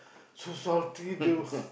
so salty the